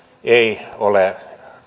ei ole